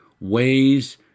ways